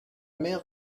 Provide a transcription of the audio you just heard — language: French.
mer